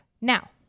Now